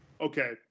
Okay